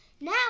now